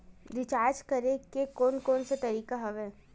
Recharge करे के कोन कोन से तरीका हवय?